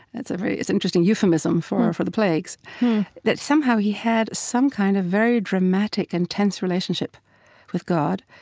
that's a very it's interesting euphemism for for the plagues that somehow he had some kind of very dramatic, intense relationship with god.